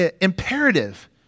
imperative